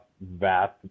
vast